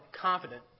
confident